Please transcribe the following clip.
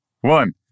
one